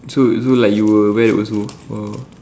so so like you will wear it also or